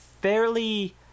fairly